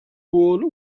wall